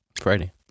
Friday